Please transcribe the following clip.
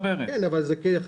על איזה שטח את מדברת?